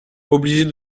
obligés